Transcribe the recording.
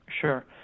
Sure